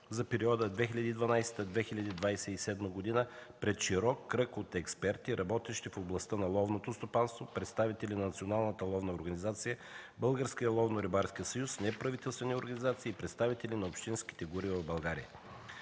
за периода 2012-2027 г. пред широк кръг експерти, работещи в областта на ловното стопанство, представители на Националната ловна организация, Българския ловно-рибарски съюз, неправителствени организации и представители на общинските гори в България.